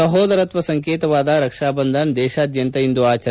ಸಹೋದರತ್ವ ಸಂಕೇತವಾದ ರಕ್ಷಾಬಂಧನ್ ದೇಶಾದ್ಯಂತ ಇಂದು ಆಚರಣೆ